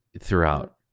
throughout